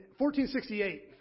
1468